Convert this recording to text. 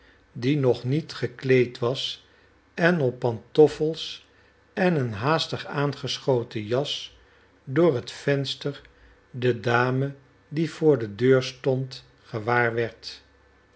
die nog niet gekleed was en op pantoffels en een haastig aangeschoten jas door het venster de dame die voor de deur stond